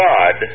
God